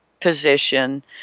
position